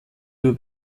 nur